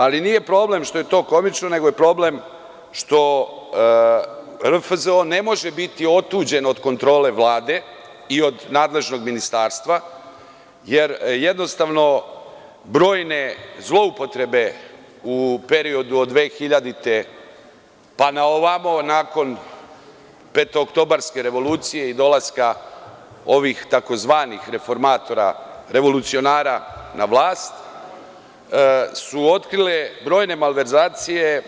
Ali, nije problem što je to komično, nego je problem što RFZO ne može biti otuđen od kontrole Vlade i od nadležnog ministarstva, jer jednostavno brojne zloupotrebe u periodu od 2000. godine pa na ovamo nakon petooktobarske revolucije i dolaska ovih tzv. reformatora, revolucionara na vlast su otkrile brojne malverzacije.